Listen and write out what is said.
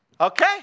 Okay